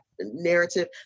narrative